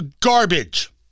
garbage